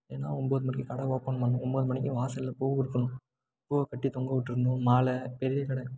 ஏன்னா ஒம்பது மணிக்கு கடை ஓப்பன் பண்ணணும் ஒம்பது மணிக்கு வாசல்ல பூ இருக்கணும் பூவை கட்டி தொங்க விட்டுருணும் மாலை பெரிய கடை